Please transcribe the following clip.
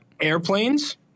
Airplanes